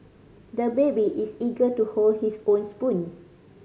the baby is eager to hold his own spoon